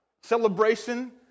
celebration